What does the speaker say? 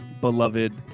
beloved